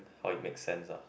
how it makes sense lah